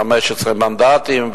שזה 15 מנדטים,